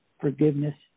Forgiveness